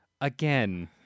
again